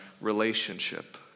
relationship